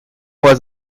was